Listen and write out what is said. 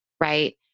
right